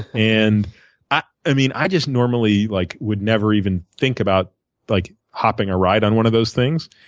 and i i mean i just normally like would never even think about like hopping a ride on one of those things,